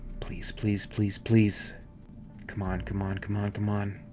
please please please please come on come on come on come on